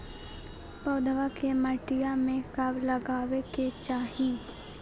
पौधवा के मटिया में कब लगाबे के चाही?